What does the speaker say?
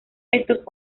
estos